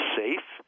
safe